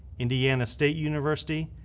indiana state university,